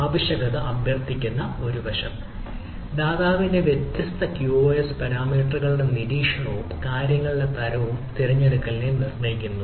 ആവശ്യകത അഭ്യർത്ഥിക്കുന്ന ഒരു വശം ദാതാവിന്റെ വ്യത്യസ്ത ക്യൂഒഎസ് പാരാമീറ്ററുകളുടെ നിരീക്ഷണവും കാര്യങ്ങളുടെ തരവും തിരഞ്ഞെടുക്കൽ നിർണ്ണയിക്കുന്നു